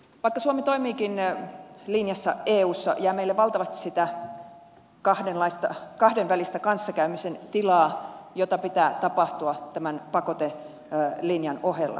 vaikka suomi toimiikin linjassa eussa jää meille valtavasti tilaa sille kahdenväliselle kanssakäymiselle jota pitää tapahtua tämän pakotelinjan ohella